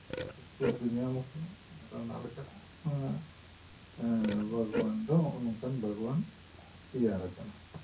ᱩᱥᱠᱩᱨ ᱫᱚ ᱧᱟᱢᱟᱠᱟᱱᱟ ᱟᱨ ᱚᱱᱟ ᱞᱮᱠᱟᱛᱮ ᱛᱮᱜᱮ ᱱᱚᱣᱟ ᱵᱟᱜᱽᱣᱟᱱ ᱫᱚ ᱦᱚᱜᱼᱚᱭ ᱱᱚᱝᱠᱟᱱ ᱵᱟᱜᱽᱣᱟᱱ ᱛᱮᱭᱟᱨᱟᱠᱟᱱᱟ